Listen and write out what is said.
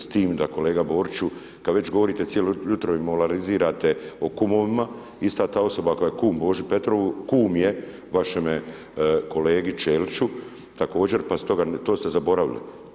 S time da kolega Boriću, kad već govorite cijelo jutro i moralizirate o kumovima, ista ta osoba koja je kum Boži Petrovu, kum je vašem kolegi Ćeliću također, pa ste to zaboravili.